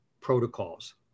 protocols